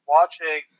Watching